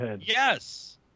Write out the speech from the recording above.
Yes